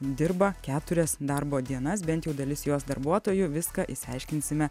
dirba keturias darbo dienas bent jau dalis jos darbuotojų viską išsiaiškinsime